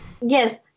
Yes